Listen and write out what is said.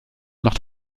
macht